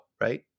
right